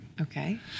Okay